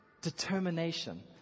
determination